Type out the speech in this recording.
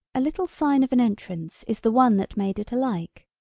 a little sign of an entrance is the one that made it alike.